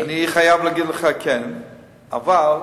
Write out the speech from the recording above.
אני חייב להגיד לך, כן, אבל,